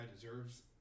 deserves